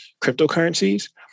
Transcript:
cryptocurrencies